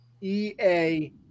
E-A